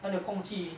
很有空去